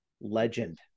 legend